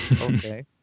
Okay